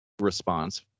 response